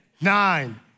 nine